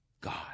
God